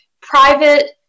private